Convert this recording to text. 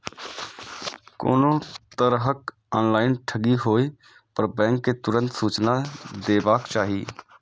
कोनो तरहक ऑनलाइन ठगी होय पर बैंक कें तुरंत सूचना देबाक चाही